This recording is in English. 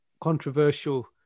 controversial